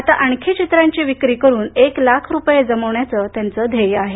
आता आणखी चित्रांची विक्री करून एक लाख रुपये जमवण्याचे त्यांचे ध्येय आहे